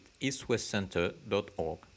eastwestcenter.org